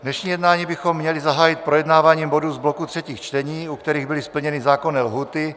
Dnešní jednání bychom měli zahájit projednáváním bodů z bloku třetích čtení, u kterých byly splněny zákonné lhůty.